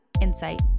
insight